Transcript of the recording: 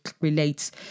relates